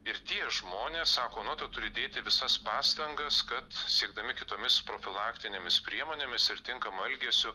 ir tie žmonės sako na tu turi dėti visas pastangas kad siekdami kitomis profilaktinėmis priemonėmis ir tinkamu elgesiu